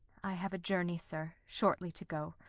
i have a journey, sir, shortly to go.